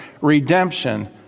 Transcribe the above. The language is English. redemption